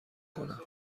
کنم